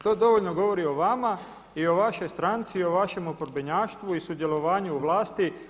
To dovoljno govori o vama i o vašoj stranci i o vašem oporbenjaštvu i sudjelovanju u vlasti.